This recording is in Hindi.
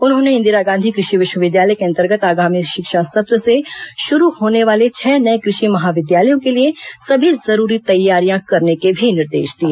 उन्होंने इंदिरा गांधी कृषि विश्वविद्यालय के अंतर्गत आगामी शिक्षा सत्र से शुरू होने वाले छह नए कृषि महाविद्यालयों के लिए सभी जरूरी तैयारियां करने के भी निर्देश दिए